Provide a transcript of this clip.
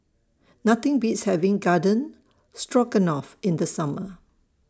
Nothing Beats having Garden Stroganoff in The Summer